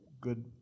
good